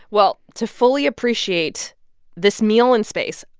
well, to fully appreciate this meal in space,